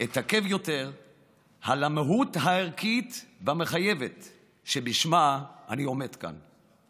אתעכב יותר על המהות הערכית והמחייבת שבשמה אני עומד כאן.